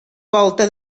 volta